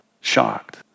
shocked